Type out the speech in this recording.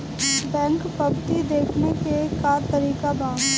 Bank पवती देखने के का तरीका बा?